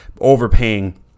overpaying